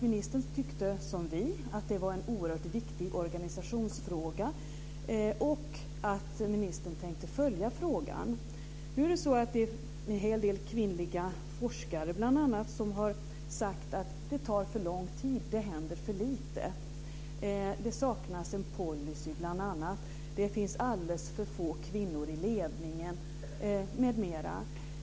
Ministern tyckte som vi att det var en oerhört viktig organisationsfråga och tänkte följa frågan. Bl.a. en hel del kvinnliga forskare har sagt att det tar för lång tid och att det händer för lite. Det saknas en policy. Det finns alldeles för få kvinnor i ledningen, m.m.